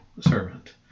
servant